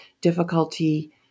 difficulty